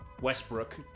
Westbrook